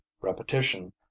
Repetition